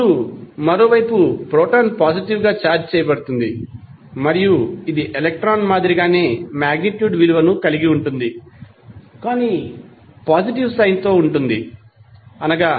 ఇప్పుడు మరోవైపు proton positive గా చార్జ్ చేయబడుతుంది మరియు ఇది ఎలక్ట్రాన్ మాదిరిగానే మాగ్నిట్యూడ్ విలువను కలిగి ఉంటుంది కాని పాజిటివ్ సైన్ తో ఉంటుంది అనగా